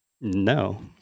No